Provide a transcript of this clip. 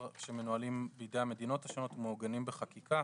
שמנוהלים בידי המדינות השונות ומעוגנים בחקיקה.